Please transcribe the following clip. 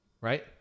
right